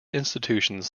institutions